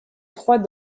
trois